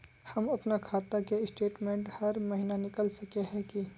हम अपना खाता के स्टेटमेंट हर महीना निकल सके है की?